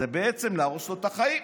זה בעצם להרוס לו את החיים,